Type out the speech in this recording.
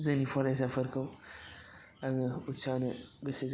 जोंनि फरायसाफोरखौ आङो उतसा होनो गोसो जायो